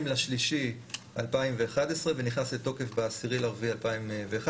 ב-30.3.2011 ונכנס לתוקף ב-10.4.2011,